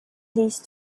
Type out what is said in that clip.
these